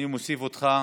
אני מוסיף אותך,